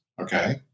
okay